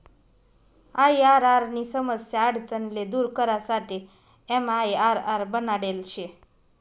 IRR नी समस्या आडचण ले दूर करासाठे एमआईआरआर बनाडेल शे